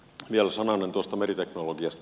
vielä sananen tuosta meriteknologiasta